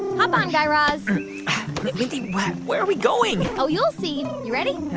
hop on, guy raz mindy, where where are we going? oh, you'll see. you ready?